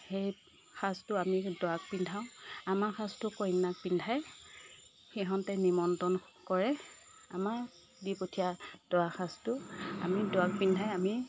সেই সাজটো আমি দৰাক পিন্ধাও আমাৰ সাজটো কইনাক পিন্ধাই সিহঁতে নিমন্ত্ৰণ কৰে আমাক দি পঠিওৱা দৰাৰ সাজটো আমি দৰাক পিন্ধাই আমি